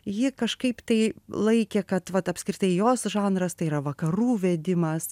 ji kažkaip tai laikė kad vat apskritai jos žanras tai yra vakarų vedimas